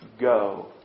go